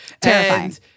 Terrifying